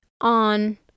On